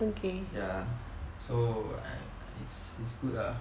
ya so it's it's good lah